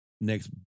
next